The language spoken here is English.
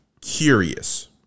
curious